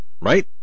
Right